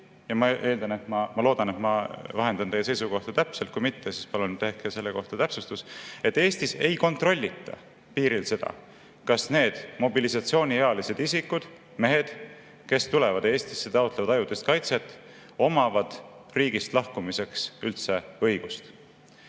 – ma loodan, et ma vahendan teie seisukohta täpselt, kui mitte, siis palun tehke selle kohta täpsustus –, et Eestis ei kontrollita piiril seda, kas need mobilisatsiooniealised isikud, mehed, kes tulevad Eestisse ja taotlevad ajutist kaitset, omavad üldse riigist lahkumiseks õigust.